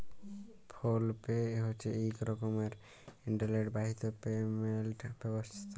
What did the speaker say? ফোল pay হছে ইক রকমের ইলটারলেট বাহিত পেমেলট ব্যবস্থা